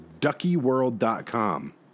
duckyworld.com